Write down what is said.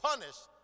punished